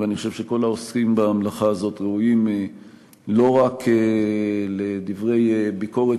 ואני חושב שכל העוסקים במלאכה הזאת ראויים לא רק לדברי ביקורת,